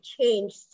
changed